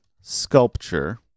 sculpture